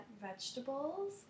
vegetables